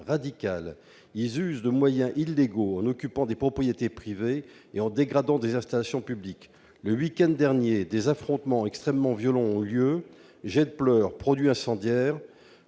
radicale. Ils usent de moyens illégaux en occupant des propriétés privées et en dégradant des installations publiques. Le week-end dernier, des affrontements extrêmement violents ont eu lieu, marqués par des jets de pierres